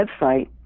website